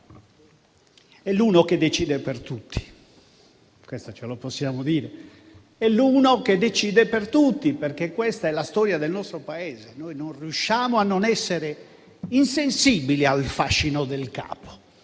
è l'uno che decide per tutti, perché questa è la storia del nostro Paese: noi non riusciamo ad essere insensibili al fascino del capo,